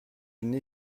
une